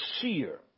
seer